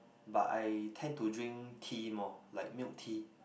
but I tend to drink tea more like milk tea